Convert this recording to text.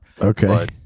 Okay